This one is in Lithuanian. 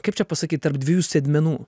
kaip čia pasakyt tarp dviejų sėdmenų